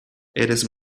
eres